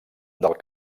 del